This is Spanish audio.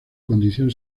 condición